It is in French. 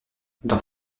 dans